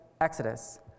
Exodus